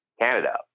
Canada